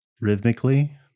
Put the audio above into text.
rhythmically